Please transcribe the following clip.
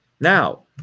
Now